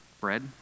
bread